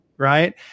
Right